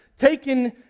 taken